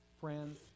friends